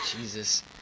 Jesus